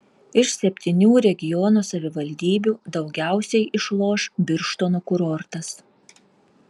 iš septynių regiono savivaldybių daugiausiai išloš birštono kurortas